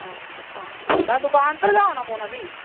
अच्छ तां ठीक ऐ तां दुकान पर गै औने पौना फ्ही